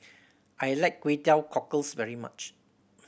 I like Kway Teow Cockles very much